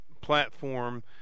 platform